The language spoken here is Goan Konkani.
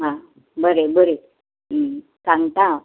आं बरय बरय सांगता हांव